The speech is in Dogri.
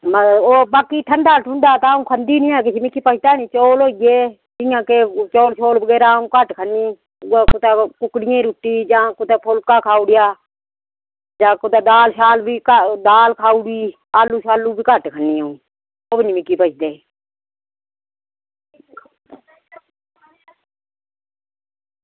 ते बाकी ठंडा ओह् अं'ऊ खंदी किश निं की पचदा निं चौल होई गे ते कियां चौल बगैरा अं'ऊ घट्ट खन्नी ते उऐ कुदै कुकड़ियें दी रुट्टी जां कुदै फुल्का खाई ओड़ेआ जां कुदै दाल खाई ओड़ी तां आलूं बी घट्ट खन्नी अंऊ ओह् मिगी दस्सदे